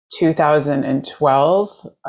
2012